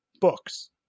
books